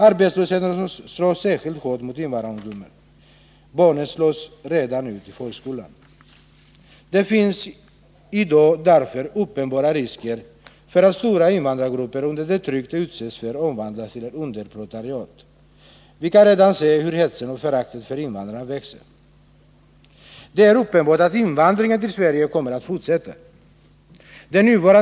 Arbetslösheten slår särskilt hårt mot invandrarungdomen. Ja, barnen slås ut redan i förskolan. Det finns därför i dag uppenbara risker för att stora invandrargrupper under det tryck som de utsätts för omvandlas till ett underproletariat. Vi kan redan se hur hetsen och föraktet för invandrare växer. Det är uppenbart att invandringen till Sverige kommer att fortsätta.